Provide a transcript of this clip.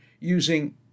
using